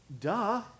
duh